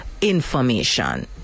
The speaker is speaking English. information